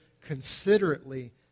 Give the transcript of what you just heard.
considerately